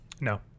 No